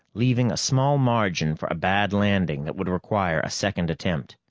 leaving a small margin for a bad landing that would require a second attempt,